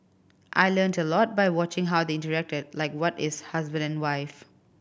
I learnt a lot by watching how they interacted like what is husband and wife